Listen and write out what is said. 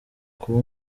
kuba